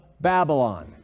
Babylon